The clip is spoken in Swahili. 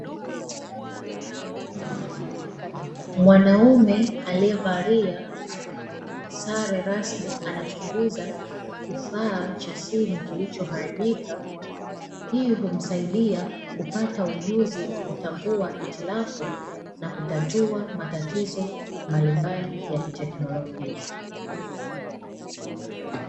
Mwanaume aliyevalia mavazi rasmi anachunguza kifaa cha simu kilichoharibika, hii kumsaidia kupata ujuzi kwa kutambua hitilafu na kutatua matatizo mbalimbali ya teknolojia.